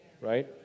right